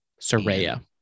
Soraya